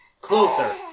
Closer